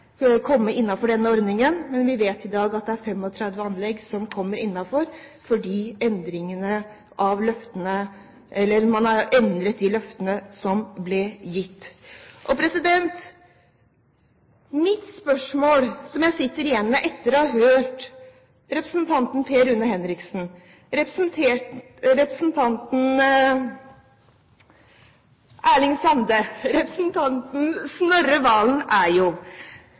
komme innunder ordningen. Vi vet i dag at det bare er 35 anlegg som kommer med, fordi man har endret de løftene som ble gitt. Det spørsmålet jeg sitter igjen med etter å ha hørt representantene Per Rune Henriksen, Erling Sande og Snorre Serigstad Valen, dreier seg om dette: Per Rune Henriksen skjønner at man er